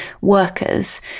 workers